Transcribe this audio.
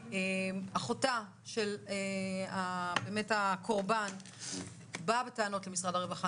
אחותה של הקורבן באה בטענות למשרד הרווחה,